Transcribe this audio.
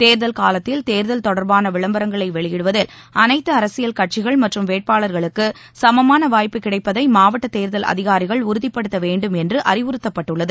தேர்தல் காலத்தில் தேர்தல் தொடர்பான விளம்பரங்களை வெளியிடுவதில் அனைத்து அரசியல் கட்சிகள் மற்றம் வேட்பாளர்களுக்கு சமமான வாய்ப்பு கிடைப்பதை மாவட்ட தேர்தல் அதிகாரிகள் உறுதிபடுத்த வேண்டும் என்று அறிவுறுத்தப்பட்டுள்ளது